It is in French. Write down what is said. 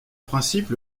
principe